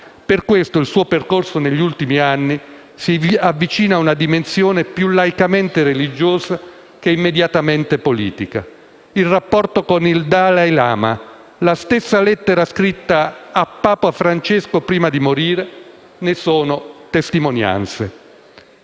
Per questo il suo percorso negli ultimi anni si avvicina a una dimensione più laicamente religiosa che immediatamente politica: il rapporto con il Dalai Lama e la stessa lettera scritta a Papa Francesco prima di morire ne sono testimonianza.